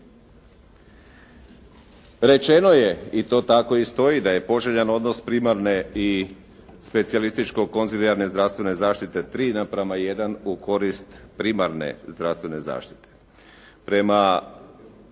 Rečeno je i to tako i stoji da je poželjan odnos primarne i specijalističko-konzilijarne zdravstvene zaštite 3:1 u korist primarne zdravstvene zaštite.